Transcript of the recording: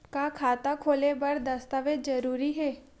का खाता खोले बर दस्तावेज जरूरी हे?